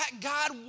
God